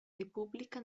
repubblica